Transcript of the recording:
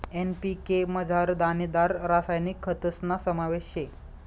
NPK मझार दानेदार रासायनिक खतस्ना समावेश शे